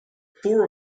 four